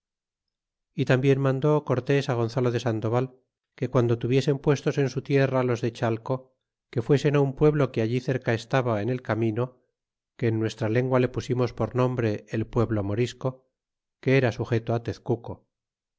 y tambien mandó cortés gonzalo de sandoval que guando tuviesen puestos en su tierra los de chale que fuesen un pueblo que allí cerca estaba en el camino que en nuestra lengua le pusimos por nombre el pueblo morisco que era sujeto tezcuco